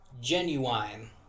Genuine